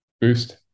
boost